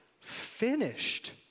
Finished